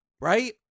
right